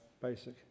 basic